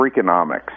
Freakonomics